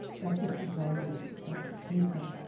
breakfast is on me, so please come.